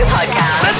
Podcast